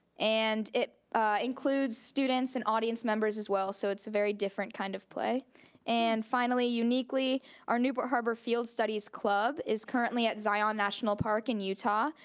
and it includes students and audience members as well so it's very different kind of play and finally uniquely our newport harbor field studies club, is currently at zion national park in utah,